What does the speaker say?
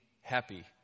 happy